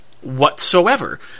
whatsoever